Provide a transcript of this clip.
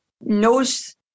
knows